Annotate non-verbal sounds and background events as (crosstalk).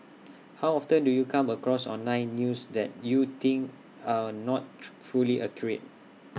(noise) how often do you come across online news that you think are not (noise) fully accurate